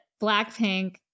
blackpink